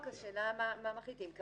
השאלה מה מחליטים בהצעת החוק.